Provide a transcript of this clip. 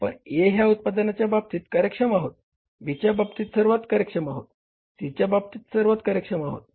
आपण A ह्या उत्पादनाच्या बाबतीत कार्यक्षम आहोत B च्या बाबतीत सर्वात कार्यक्षम आहोत C च्या बाबतीत सर्वात कार्यक्षम आहोत